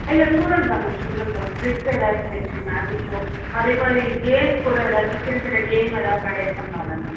இல்லை ஸ்டுடூடண்ட்ஸ் தான் ma'am students தான் மேம் ட்ரிக்ஸு ஏதாச்சும் வைச்சு மேஜிக் ஷோ அதே மாதிரி கேம் கூட ஏதாச்சும் சின்ன சின்ன கேம் ஏதா கண்டெக்ட் பண்லால்லை மேம்